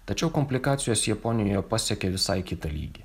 tačiau komplikacijos japonijoje pasiekė visai kitą lygį